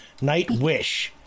Nightwish